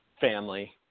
family